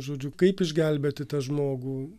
žodžiu kaip išgelbėti tą žmogų